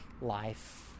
life